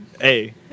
hey